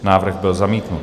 Návrh byl zamítnut.